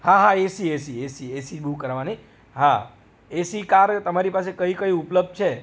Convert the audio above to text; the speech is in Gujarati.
હા હા AC AC AC AC AC book કરાવાની હા એસી કાર તમારી પાસે કઈ કઈ ઉપલબ્ધ છે